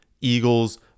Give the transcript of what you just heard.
Eagles